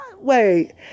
Wait